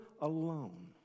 alone